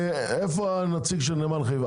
הנציג של נמל חיפה.